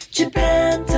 Japan